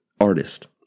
artist